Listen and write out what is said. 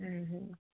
হুম হুম